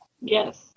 Yes